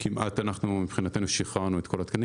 מבחינתנו, אנחנו כמעט שחררנו את כל התקנים.